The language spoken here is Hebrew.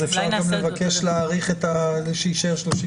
אז אפשר לבקש גם שיישאר 30,